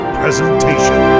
presentation